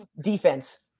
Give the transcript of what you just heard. Defense